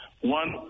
one